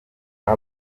aba